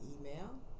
email